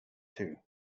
too